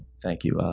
thank you.